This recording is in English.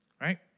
right